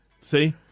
See